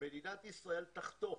מדינת ישראל תחטוף